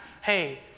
hey